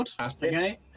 okay